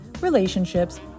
relationships